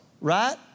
right